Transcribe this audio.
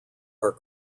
are